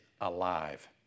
alive